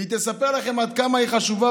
והיא תספר לכם עד כמה היא חשובה,